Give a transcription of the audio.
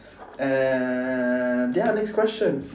and ya next question